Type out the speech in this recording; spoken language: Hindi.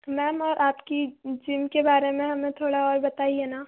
मैम और आपकी जिम के बारे में हमें थोड़ा और बताइए ना